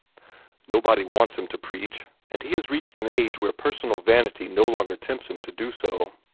nobody wants him to preach, and he has reached an age where personal vanity no longer tempts him to do so.